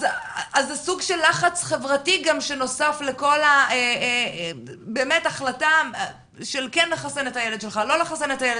אז זה סוג של לחץ חברתי בעניין החלטה האם לחסן את הילד או לא.